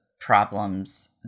problems